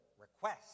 request